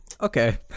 okay